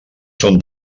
són